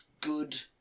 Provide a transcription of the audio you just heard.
good